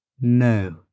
No